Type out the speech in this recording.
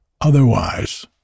Otherwise